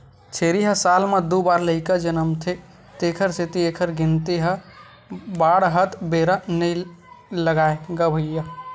छेरी ह साल म दू बार लइका जनमथे तेखर सेती एखर गिनती ह बाड़हत बेरा नइ लागय गा भइया